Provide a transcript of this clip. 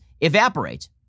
evaporate